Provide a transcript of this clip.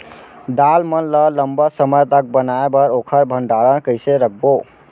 दाल मन ल लम्बा समय तक बनाये बर ओखर भण्डारण कइसे रखबो?